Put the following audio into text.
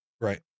Right